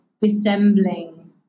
dissembling